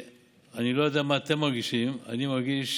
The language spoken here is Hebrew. אני לא יודע מה אתם מרגישים, אני מרגיש